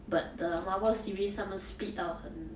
but the marvel series 他们 speed 到很